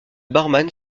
barman